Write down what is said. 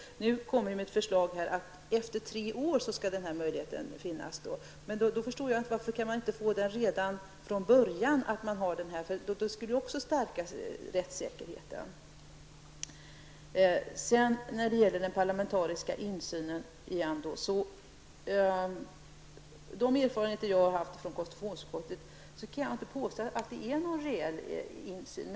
Nu kommer ni med ett förslag om att den här möjligheten skall finnas efter tre år. Varför kan man inte få den redan från början? Det skulle också stärka rättssäkerheten. Jag återgår till frågan om den parlamentariska insynen. Med de erfarenheter jag har gjort i konstitutionsutskottet kan jag inte påstå att det är någon reell insyn.